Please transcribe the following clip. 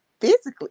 physically